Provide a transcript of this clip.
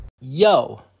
Yo